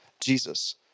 Jesus